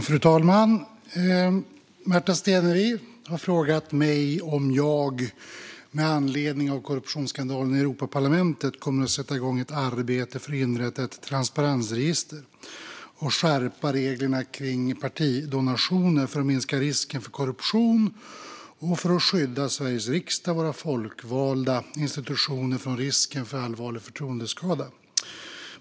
Fru talman! Märta Stenevi har frågat mig om jag med anledning av korruptionsskandalen i Europaparlamentet kommer att sätta igång ett arbete för att inrätta ett transparensregister och skärpa reglerna kring partidonationer för att minska risken för korruption och skydda Sveriges riksdag och våra folkvalda institutioner från risken för allvarlig förtroendeskada.